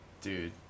Dude